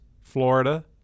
Florida